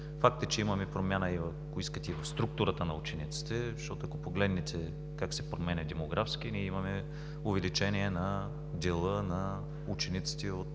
Факт е, че имаме промяна, ако искате, и в структурата на учениците, защото, ако погледнете как се променя демографски, ние имаме увеличение на дела на учениците от